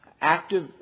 active